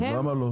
לא.